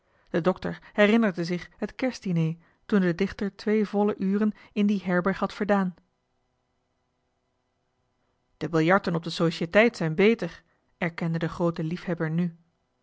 de dokter herinnerde zich het kerstdiner toen de dichter twee volle uren in die herberg had verdaan de biljarten op de societeit zijn beter erkende de groote liefhebber nu